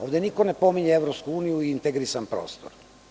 Ovde niko ne pominje EU i integrisan prostor.